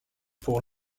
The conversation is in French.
pour